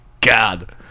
God